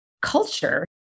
culture